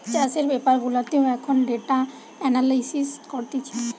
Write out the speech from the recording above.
চাষের বেপার গুলাতেও এখন ডেটা এনালিসিস করতিছে